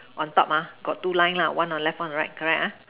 on top ah got two line lah one on the left one on the right correct ah